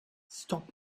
stop